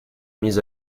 mise